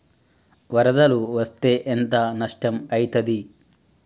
వరదలు వస్తే ఎంత నష్టం ఐతది?